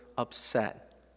Upset